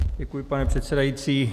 Děkuji, pane předsedající.